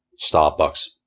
Starbucks